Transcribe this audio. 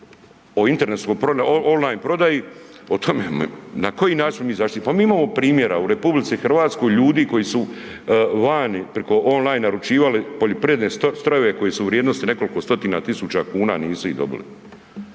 o internetskoj on line prodaji, o tome, na koji način smo mi zaštićeni, pa mi imamo primjera u RH, ljudi koji su vani preko on line naručivali poljoprivredne strojeve koji su u vrijednosti nekoliko stotina tisuća kuna, nisu ih dobili.